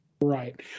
Right